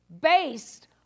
based